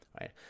right